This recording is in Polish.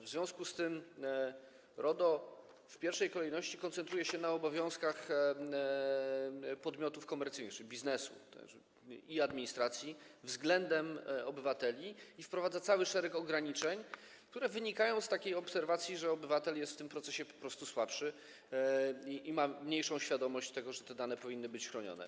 W związku z tym RODO w pierwszej kolejności koncentruje się na obowiązkach podmiotów komercyjnych, czyli biznesu, i administracji względem obywateli i wprowadza cały szereg ograniczeń, które wynikają z takiej obserwacji, że obywatel jest w tym procesie po prostu słabszy i ma mniejszą świadomość, że te dane powinny być chronione.